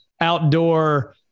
outdoor